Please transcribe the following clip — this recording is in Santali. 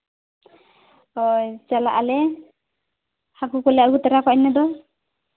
ᱦᱳᱭ ᱪᱟᱞᱟᱜ ᱟᱞᱮ ᱦᱟᱹᱠᱩ ᱠᱚᱞᱮ ᱟᱹᱜᱩ ᱛᱟᱨᱟ ᱠᱚᱣᱟ ᱤᱱᱟᱹ ᱫᱚ